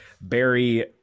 Barry